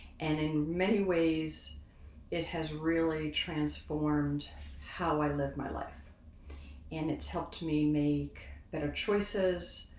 and in many ways it has really transformed how i live my life and it's helped me make better choices,